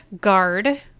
guard